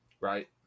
right